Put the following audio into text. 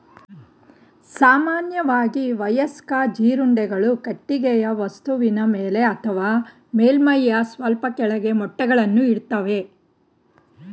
ಸಾಮಾನ್ಯವಾಗಿ ವಯಸ್ಕ ಜೀರುಂಡೆಗಳು ಕಟ್ಟಿಗೆಯ ವಸ್ತುವಿನ ಮೇಲೆ ಅಥವಾ ಮೇಲ್ಮೈಯ ಸ್ವಲ್ಪ ಕೆಳಗೆ ಮೊಟ್ಟೆಗಳನ್ನು ಇಡ್ತವೆ